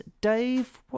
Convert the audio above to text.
Dave